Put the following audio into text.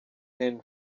henry